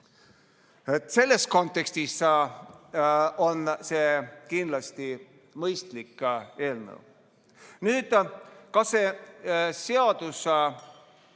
Selles kontekstis on see kindlasti mõistlik eelnõu. Nüüd, kas see seadus